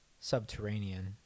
Subterranean